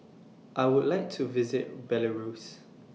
I Would like to visit Belarus